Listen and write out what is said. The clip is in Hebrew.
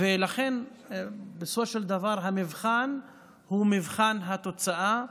בסופו של דבר המבחן הוא מבחן התוצאה,